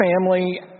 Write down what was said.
family